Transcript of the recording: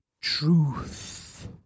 Truth